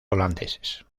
holandeses